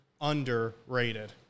underrated